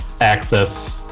access